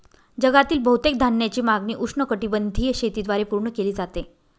जगातील बहुतेक धान्याची मागणी उष्णकटिबंधीय शेतीद्वारे पूर्ण केली जाते